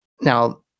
Now